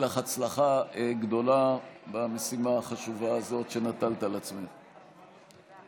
נאחל לך הצלחה גדולה במשימה החשובה הזאת שנטלת על עצמך.